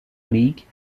league